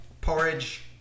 porridge